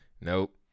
Nope